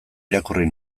irakurri